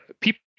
People